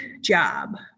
job